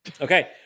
Okay